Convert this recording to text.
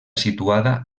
situada